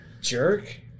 Jerk